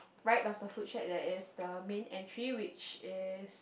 right of the food shack there is the main entry which is